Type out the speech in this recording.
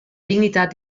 dignitat